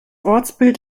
ortsbild